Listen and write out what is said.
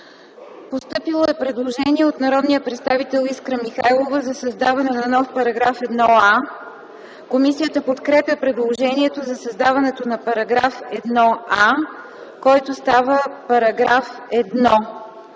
Постъпило е предложение от народния представител Искра Михайлова за създаване на нов § 1а. Комисията подкрепя предложението за създаването на § 1а, който става § 1: „§ 1.